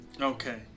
Okay